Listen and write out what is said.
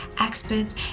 experts